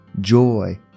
joy